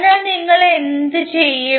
അതിനാൽ നിങ്ങൾ എന്തു ചെയ്യും